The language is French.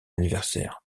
anniversaire